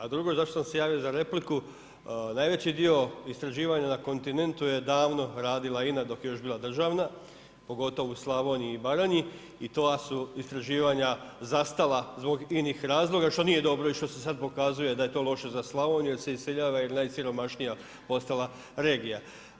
A drugo zašto sam se javio za repliku, najveći dio istraživanja na kontinentu je davno radila INA dok je još bila državna, pogotovo u Slavoniji i Baranji i ta su istraživanja zastala zbog inih razloga, što nije dobro i što se sada pokazuje da je to loše za Slavoniju, jer se iseljava i najsiromašnija ostala regija.